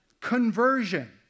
conversion